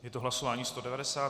Je to hlasování 190.